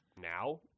now